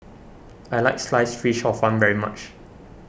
I like Sliced Fish Hor Fun very much